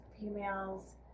females